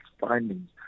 findings